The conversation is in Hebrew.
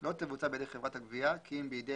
לא תבוצע בידי חברת הגבייה כי אם בידי